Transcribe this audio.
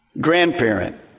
grandparent